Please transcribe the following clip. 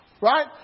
Right